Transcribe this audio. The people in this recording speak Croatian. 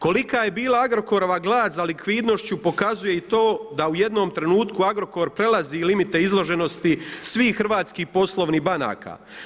Kolika je bila agrokorova glad za likvidnošću pokazuje i to da u jednom trenutku Agrokor prelazi limite izloženosti svih hrvatskih poslovnih banaka.